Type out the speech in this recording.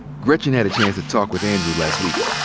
gretchen had a chance to talk with andrew last week.